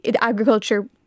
agriculture